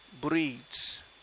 breeds